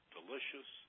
Delicious